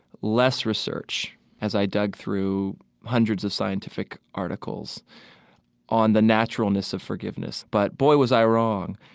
less research as i dug through hundreds of scientific articles on the naturalness of forgiveness. but, boy, was i wrong.